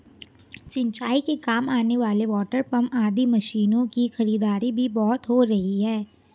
सिंचाई के काम आने वाले वाटरपम्प आदि मशीनों की खरीदारी भी बहुत हो रही है